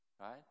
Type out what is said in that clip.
right